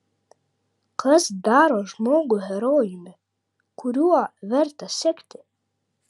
kas daro žmogų herojumi kuriuo verta sekti